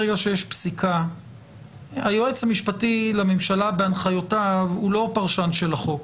ברגע שיש פסיקה היועץ המשפטי לממשלה בהנחיותיו הוא לא פרשן של החוק.